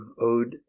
Ode